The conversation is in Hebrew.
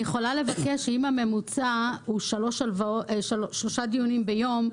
אני יכולה לבקש שאם הממוצע הוא שלושה דיונים ביום,